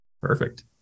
Perfect